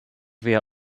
via